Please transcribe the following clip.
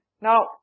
Now